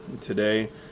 today